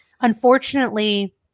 unfortunately